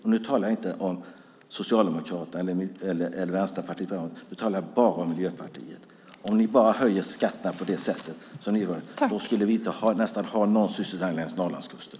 Jag talar inte om Socialdemokraterna eller Vänsterpartiet utan jag talar bara om Miljöpartiet. Om ni bara höjer skatterna på det sätt ni gör kommer vi inte att ha någon sysselsättning längs Norrlandskusten.